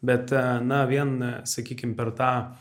bet na vien sakykim per tą